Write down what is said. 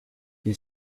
you